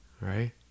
Right